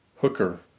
hooker